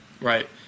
right